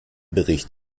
bericht